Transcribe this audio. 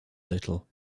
little